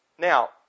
Now